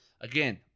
again